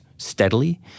steadily